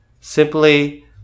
simply